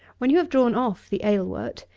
when you have drawn off the ale-wort,